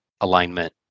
alignment